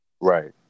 Right